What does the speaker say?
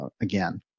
again